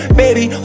baby